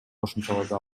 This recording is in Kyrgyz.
кошумчалады